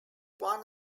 one